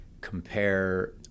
compare